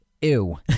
Ew